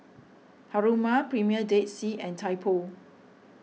Haruma Premier Dead Sea and Typo